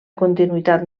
continuïtat